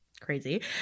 crazy